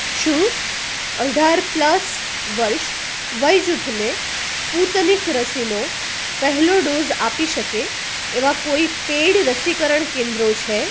શું અઢાર પ્લસ વર્ષ વય જૂથને સ્પુતનિક રસીનો પહેલો ડોઝ આપી શકે એવાં કોઈ પેઈડ રસીકરણ કેન્દ્રો છે